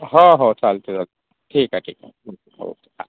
हो हो चालतं आहे चाल ठीक आहे ठीक आहे ओके हां